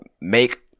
make